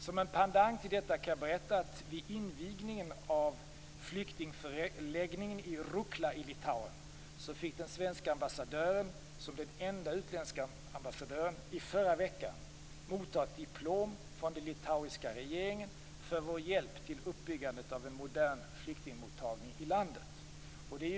Som en pendang till detta kan jag berätta att vid invigningen av flyktingförläggningen i Rukla i Litauen fick den svenska ambassadören som enda utländska ambassadör i förra veckan ta emot ett diplom från den litauiska regeringen för Sveriges hjälp vid uppbyggandet av en modern flyktingmottagning i landet.